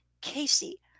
casey